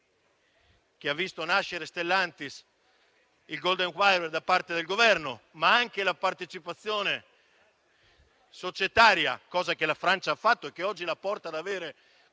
che ha visto nascere Stellantis, noi chiedevamo il *golden power* da parte del Governo, ma anche la partecipazione societaria, cosa che la Francia ha fatto e che oggi la porta ad avere